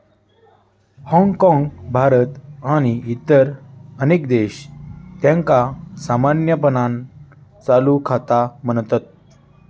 हाँगकाँग, भारत आणि इतर अनेक देश, त्यांका सामान्यपणान चालू खाता म्हणतत